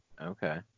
okay